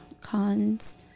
Cons